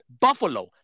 buffalo